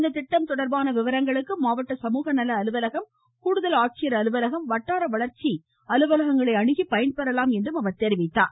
இக்கிட்டம் தொடர்பான விவரங்களுக்கு மாவட்ட சமூகநல அலுவலகம் கூடுதல் ஆட்சியர் அலுவலகம் வட்டார வளர்ச்சி அலுவலகங்களை அணுகி பயன்பெறலாம் என்றும் அவர் கூறினார்